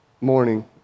Morning